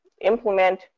implement